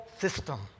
system